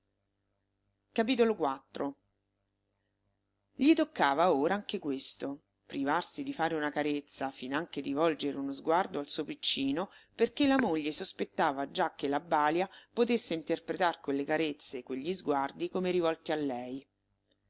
andò via gli toccava ora anche questo privarsi di fare una carezza finanche di volgere uno sguardo al suo piccino perché la moglie sospettava già che la balia potesse interpretar quelle carezze quegli sguardi come rivolti a lei